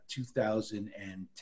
2010